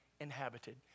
inhabited